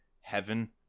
heaven